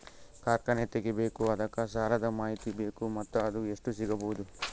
ಕಾರ್ಖಾನೆ ತಗಿಬೇಕು ಅದಕ್ಕ ಸಾಲಾದ ಮಾಹಿತಿ ಬೇಕು ಮತ್ತ ಅದು ಎಷ್ಟು ಸಿಗಬಹುದು?